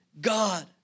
God